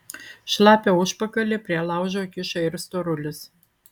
šlapią užpakalį prie laužo kiša ir storulis